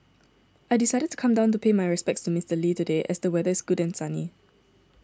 I decided to come down to pay my respects to Mister Lee today as the weather is good and sunny